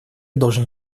должен